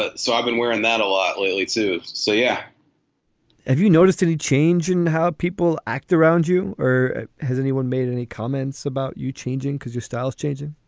ah so i've been wearing that a lot lately, too. so, yeah have you noticed any change in how people act around you or has anyone made any comments about you changing because your style is changing?